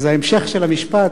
אז ההמשך של המשפט,